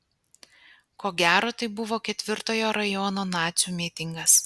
ko gero tai buvo ketvirtojo rajono nacių mitingas